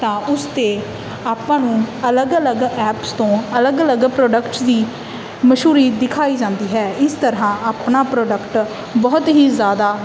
ਤਾਂ ਉਸ 'ਤੇ ਆਪਾਂ ਨੂੰ ਅਲੱਗ ਅਲੱਗ ਐਪਸ ਤੋਂ ਅਲੱਗ ਅਲੱਗ ਪ੍ਰੋਡਕਟਸ ਦੀ ਮਸ਼ਹੂਰੀ ਦਿਖਾਈ ਜਾਂਦੀ ਹੈ ਇਸ ਤਰ੍ਹਾਂ ਆਪਣਾ ਪ੍ਰੋਡਕਟ ਬਹੁਤ ਹੀ ਜ਼ਿਆਦਾ